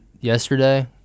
Yesterday